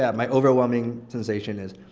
yeah my overwhelming sensation is